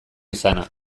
izana